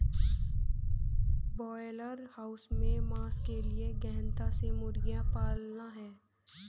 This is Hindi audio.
ब्रॉयलर हाउस में मांस के लिए गहनता से मुर्गियां पालना है